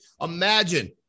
Imagine